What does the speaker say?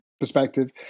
perspective